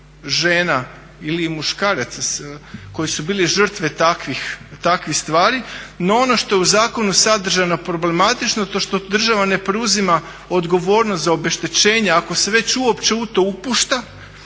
žena ili muškaraca koji su bili žrtve takvih stvari. No, ono što je u zakonu sadržano, problematično to što država ne preuzima odgovornost za obeštećenje ako se već uopće u to upušta